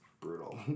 brutal